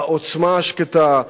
העוצמה השקטה,